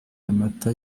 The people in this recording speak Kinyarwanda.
amata